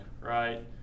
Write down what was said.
right